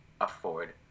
afford